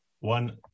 One